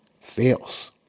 Fails